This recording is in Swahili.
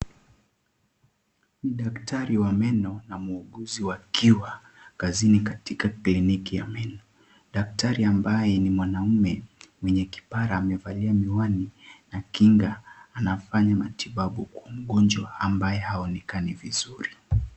Ni daktari wa meno na muuguzi wakiwa kazini katika kliniki ya meno. Daktari ambaye ni mwanaume, mwenye kipara amevalia miwani na kinga. Anafanya matibabu kwa mgonjwa ambaye haonekani vizuri.